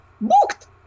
booked